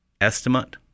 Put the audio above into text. estimate